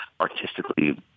artistically